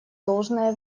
должное